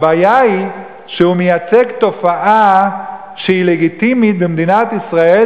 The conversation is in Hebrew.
הבעיה היא שהוא מייצג תופעה שהיא לגיטימית במדינת ישראל,